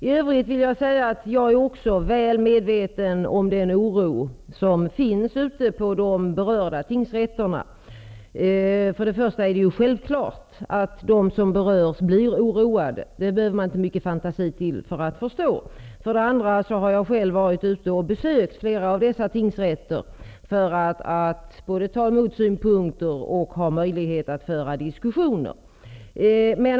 I övrigt är också jag väl medveten om den oro som finns ute på de berörda tingsrätterna. För det första är det självklart att de som berörs blir oroade. Det behöver man inte ha mycket fantasi för att förstå. För det andra har jag själv besökt ett flertal av dessa tingsrätter för att ta emot synpunker och för att ha möjligheter att föra diskussioner.